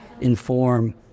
inform